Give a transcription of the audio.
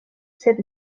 sed